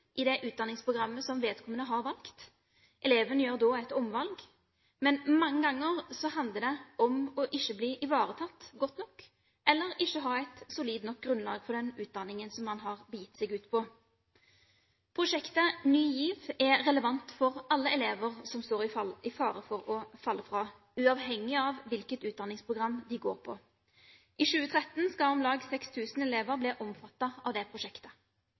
i det utdanningsprogrammet som vedkommende har valgt. Eleven gjør da et omvalg. Men mange ganger handler det om ikke å bli ivaretatt godt nok eller ikke ha et solid nok grunnlag for den utdanningen som man har begitt seg ut på. Prosjektet Ny GIV er relevant for alle elever som står i fare for å falle fra, uavhengig av hvilket utdanningsprogram de går på. I 2013 skal om lag 6 000 elever bli omfattet av dette prosjektet.